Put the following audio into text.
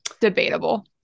debatable